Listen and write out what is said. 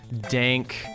dank